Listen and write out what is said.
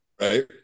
Right